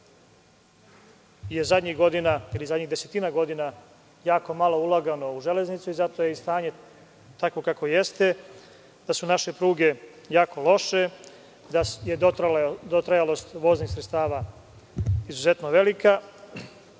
putnika. Čuli smo da je zadnjih godina jako malo uloženo u Železnicu i zato je stanje takvo kakvo jeste, da su naše pruge jako loše, da je dotrajalost voznih sredstava izuzetno velika,